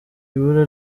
ibura